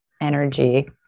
energy